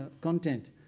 content